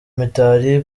mitali